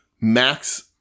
Max